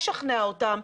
ישכנע אותם.